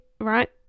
right